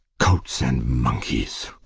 goats and monkeys!